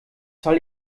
soll